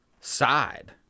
side